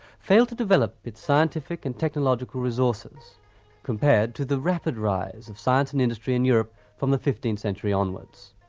failed to develop its scientific and technological resources compared to the rapid rise of science and industry in europe from the fifteenth century onwards.